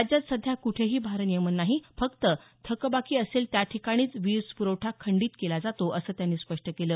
राज्यात सध्या कुठेही भारनियमन नाही फक्त थकबाकी असेल त्या ठिकाणीच वीज प्रवठा खंडित केला जातो असं त्यांनी स्पष्ट केलं